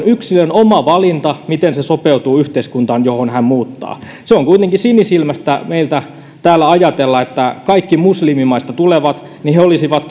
yksilön oma valinta miten sopeutuu yhteiskuntaan johon hän muuttaa se on kuitenkin sinisilmäistä meiltä täällä ajatella että kaikki muslimimaista tulevat olisivat